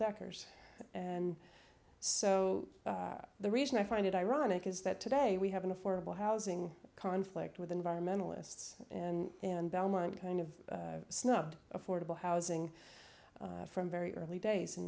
deckers and so the reason i find it ironic is that today we have an affordable housing conflict with environmentalists and in belmont kind of snubbed affordable housing from very early days in